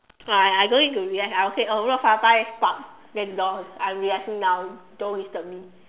oh I I don't need to relax I will say uh Rou-Fa bang doors I'm relaxing now don't disturb me